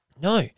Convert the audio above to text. No